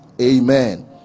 amen